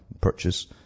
purchase